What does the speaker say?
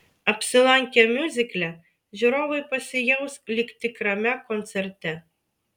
apsilankę miuzikle žiūrovai pasijaus lyg tikrame koncerte